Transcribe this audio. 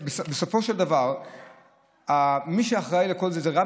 בסופו של דבר מי שאחראי לכל זה זה גם